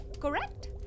correct